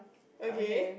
okay